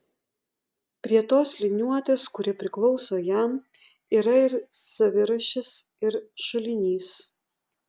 prie tos liniuotės kuri priklauso jam yra ir savirašis ir šulinys